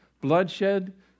bloodshed